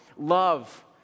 Love